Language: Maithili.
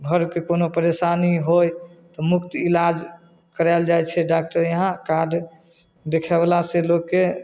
घरके कोनो परेशानी होइ तऽ मुफ्त इलाज कराएल जाइ छै डॉक्टर इहाँ कार्ड देखैवला से लोकके